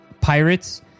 pirates